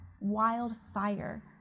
wildfire